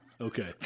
Okay